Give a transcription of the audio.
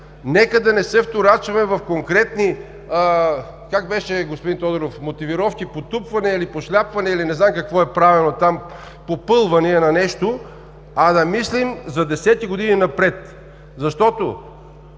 Нека да не се вторачваме в конкретни, как беше господин Тодоров, мотивировки, потупвания, или пошляпвания, или не знам какво е правено там, попълвания на нещо, а да мислим за десетки години напред, защото